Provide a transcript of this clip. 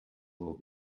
will